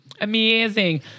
Amazing